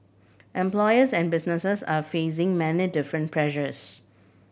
employers and businesses are facing many different pressures